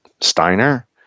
Steiner